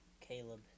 Caleb